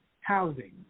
Housing